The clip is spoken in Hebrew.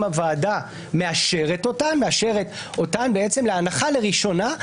הוועדה מאשרת אותה להנחה לקריאה ראשונה,